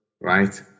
right